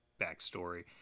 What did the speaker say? backstory